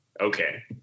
okay